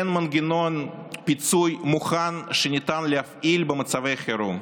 אין מנגנון פיצוי מוכן שניתן להפעיל במצבי חירום.